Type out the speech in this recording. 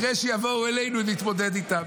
ואחרי שיבואו אלינו נתמודד איתם.